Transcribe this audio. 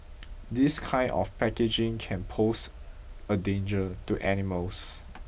this kind of packaging can pose a danger to animals